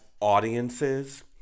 audiences